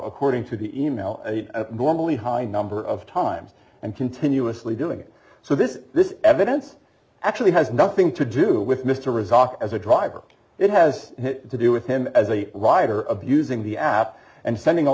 according to the email gormley high number of times and continuously doing so this this evidence actually has nothing to do with mr rezaei as a driver it has to do with him as a rider of using the app and sending all